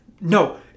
No